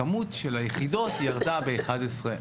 הכמות של היחידות ירדה ב-11%.